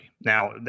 Now